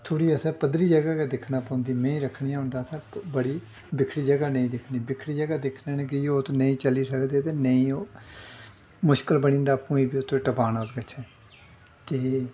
थोह्ड़ी असें पद्धरी ज'गा गै दिक्खना पौंदी मैंह् रक्खनियां होन तां असें बड़ी बिखड़ी ज'गा नेईंं दिक्खनी बिखड़ी ज'गा दिक्खने नै कि ओह् उत्त नेईंं चली सकदे ते नेईं ओह् मुश्कल बनी जंदा आपूं बी टपाना उत्त कशैं ते